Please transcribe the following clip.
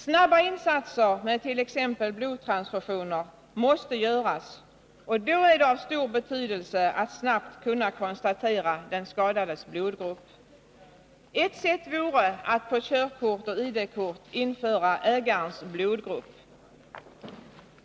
Snabba insatser med t.ex. blodtransfusioner måste göras, och då är det av stor betydelse att snabbt kunna konstatera den skadades blodgrupp. Ett sätt vore att på körkortet och ID-kort införa ägarens blodgrupp.